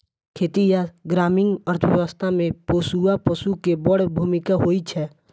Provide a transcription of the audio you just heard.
खेती आ ग्रामीण अर्थव्यवस्था मे पोसुआ पशु के बड़ भूमिका होइ छै